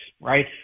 Right